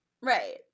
Right